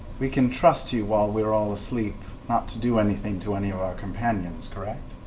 we can trust you while we're all asleep not to do anything to any of our companions, correct?